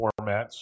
formats